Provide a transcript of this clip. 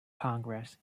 congress